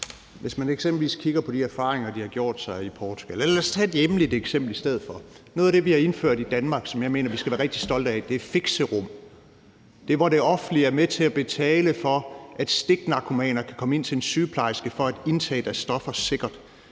Hvis man eksempelvis kigger på de erfaringer, de har gjort sig i Portugal – nej, lad os tage et hjemligt eksempel i stedet for. Noget af det, vi har indført i Danmark, og som jeg mener vi skal være rigtig stolte af, er fixerum, hvor det offentlige er med til at betale for, at stiknarkomaner kan komme ind til en sygeplejerske for at indtage deres stoffer sikkert.